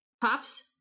Pops